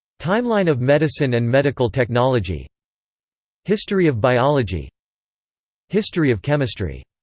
timeline of medicine and medical technology history of biology history of chemistry